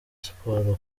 siporo